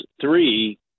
three